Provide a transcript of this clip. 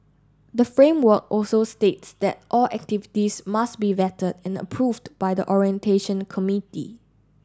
the framework also states that all activities must be vetted and approved by the orientation committee